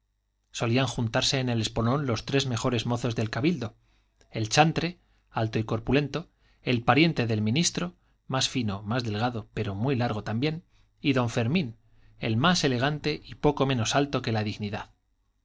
solían juntarse en el espolón los tres mejores mozos del cabildo el chantre alto y corpulento el pariente del ministro más fino más delgado pero muy largo también y don fermín el más elegante y poco menos alto que la dignidad